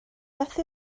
beth